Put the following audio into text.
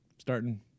starting